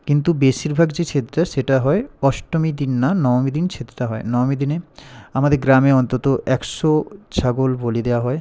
কিন্তু বেশিরভাগ যে ছেদটা সেটা হয় অষ্টমীর দিন না নবমীর দিন ছেদটা হয় নবমীর দিনে আমাদের গ্রামে অন্তত একশো ছাগল বলি দেওয়া হয়